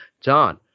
John